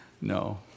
No